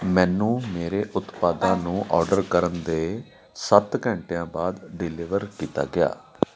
ਮੈਨੂੰ ਮੇਰੇ ਉਤਪਾਦਾਂ ਨੂੰ ਆਰਡਰ ਕਰਨ ਦੇ ਸੱਤ ਘੰਟਿਆਂ ਬਾਅਦ ਡਿਲੀਵਰ ਕੀਤਾ ਗਿਆ